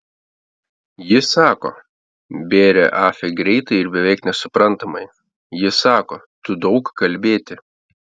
ji sako bėrė afe greitai ir beveik nesuprantamai ji sako tu daug kalbėti